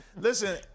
listen